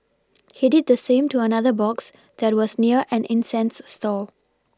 he did the same to another box that was near an incense stall